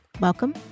Welcome